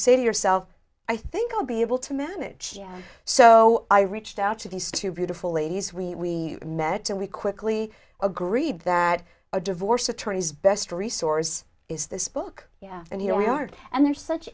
say to yourself i think i'll be able to manage so i reached out to these two beautiful ladies we met and we quickly a i read that a divorce attorneys best resource is this book and he only art and there's such